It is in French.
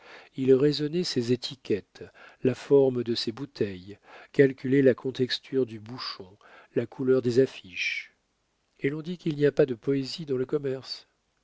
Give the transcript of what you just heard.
il raisonnait ses étiquettes la forme de ses bouteilles calculait la contexture du bouchon la couleur des affiches et l'on dit qu'il n'y a pas de poésie dans le commerce